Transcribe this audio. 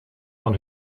van